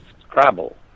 Scrabble